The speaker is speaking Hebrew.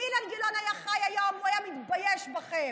אם אילן גילאון היה חיי היום, הוא היה מתבייש בכם.